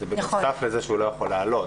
זה בנוסף לזה שהוא לא יכול לעלות.